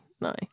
No